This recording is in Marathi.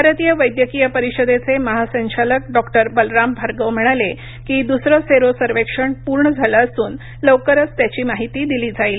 भारतीय वैद्यकीय परिषदेचे महासंचालक डॉक्टर बलराम भार्गव म्हणाले की दुसर सेरो सर्वेक्षण पूर्ण झालं असून लवकरच त्याची माहिती दिली जाईल